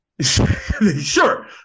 Sure